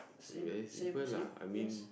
very simple lah I mean